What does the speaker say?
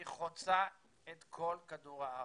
היא חוצה את כל כדור הארץ.